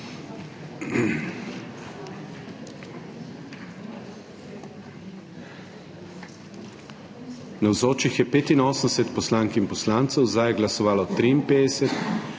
Navzočih je 85 poslank in poslancev, za je glasovalo 53,